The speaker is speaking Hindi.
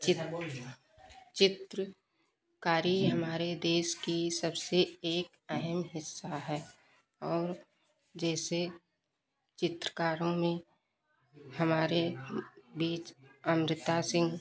चित चित्र कारी हमारे देश का सबसे एक अहम हिस्सा है और जैसे चित्रकारों में हमारे बीच अमृता सिंह